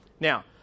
Now